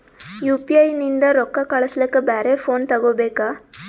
UPI ನಿಂದ ರೊಕ್ಕ ಕಳಸ್ಲಕ ಬ್ಯಾರೆ ಫೋನ ತೋಗೊಬೇಕ?